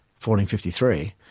1453